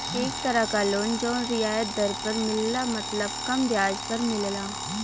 एक तरह क लोन जौन रियायत दर पर मिलला मतलब कम ब्याज पर मिलला